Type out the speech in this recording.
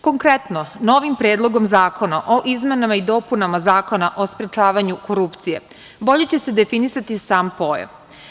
Konkretno, novim Predlogom zakonom o izmenama i dopunama Zakona o sprečavanju korupcije bolje će se definisati sam pojam.